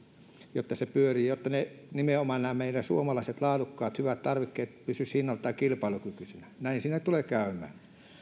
jotta se pyörii jotta nimenomaan nämä meidän suomalaiset laadukkaat hyvät tarvikkeet pysyisivät hinnaltaan kilpailukykyisinä näin siinä tulee käymään